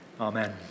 Amen